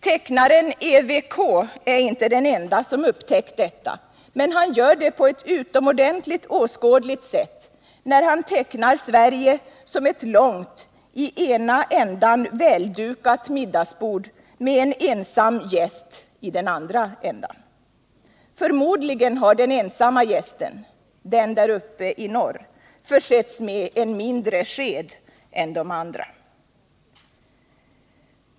Tecknaren EWK är inte den ende som upptäckt detta, men han gör det på ett utomordentligt åskådligt sätt när han tecknar Sverige som ett långt, i ena ändan väldukat middagsbord med en ensam gäst i den andra ändan. Förmodligen har den ensamme gästen där uppe i norr försetts med en mindre sked än de andra.